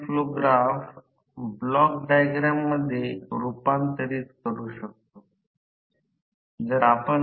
कारण ns च्या दिशेने दोघे एकाच दिशेने वाटचाल करीत आहेत रोटर मध्ये प्रेरित emf आणि विद्युत प्रवाहची वारंवारता ns n 120 F2 P होईल